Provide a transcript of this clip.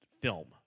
film